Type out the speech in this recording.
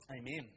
amen